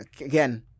Again